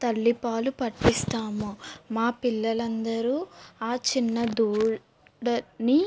తల్లిపాలు పట్టిస్తాము మా పిల్లలందరూ ఆ చిన్నదూడని